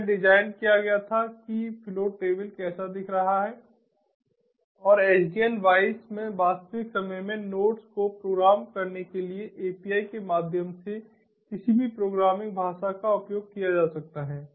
यह डिज़ाइन किया गया था कि फ्लो टेबल कैसा दिख रहा है और SDN WISE में वास्तविक समय में नोड्स को प्रोग्राम करने के लिए API के माध्यम से किसी भी प्रोग्रामिंग भाषा का उपयोग किया जा सकता है